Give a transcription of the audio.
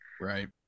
right